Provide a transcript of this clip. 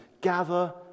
gather